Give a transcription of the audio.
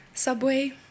Subway